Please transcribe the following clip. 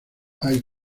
hay